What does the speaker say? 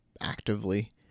actively